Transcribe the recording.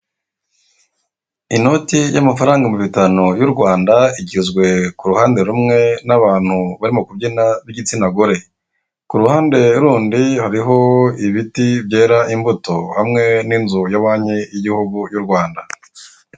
Inoti y'amafaranga ibihumbi bitanu y'u Rwanda igizwe k'uruhande rumwe n'abantu barimo kubyina b'igitsina gore k'uruhande rundi hariho ibiti byera imbuto hamwe n'inzu ya banki nkuru y'u Rwanda.